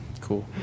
Cool